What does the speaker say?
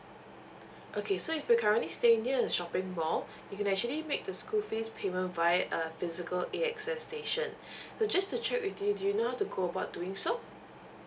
okay so if you currently staying near the shopping mall you can actually make the school fees payment via a physical A X S station just to check with you do you know to go about doing so